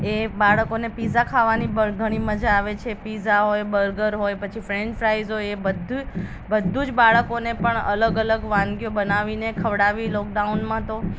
એ બાળકોને પીઝા ખાવાની પણ ઘણી મજા આવે છે પીઝા હોય બર્ગર હોય પછી ફ્રેન્ચ ફ્રાઈસ હોય એ બધું જ બધુ જ બાળકોને પણ અલગ અલગ વાનગીઓ બનાવીને ખવડાવી લોકડાઉનમાં તો અને